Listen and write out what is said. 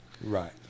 Right